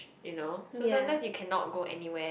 you know so sometimes you cannot go anywhere